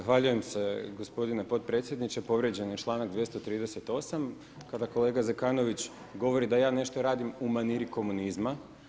Zahvaljujem se gospodine potpredsjedniče, povrijeđen je članak 238 kada kolega Zekanović govori da ja nešto radim u maniri komunizma.